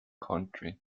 country